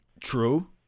True